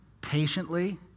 patiently